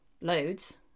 loads